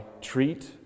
treat